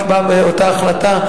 נקבע באותה החלטה,